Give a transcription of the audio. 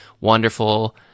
wonderful